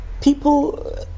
people